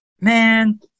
man